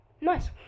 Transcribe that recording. Nice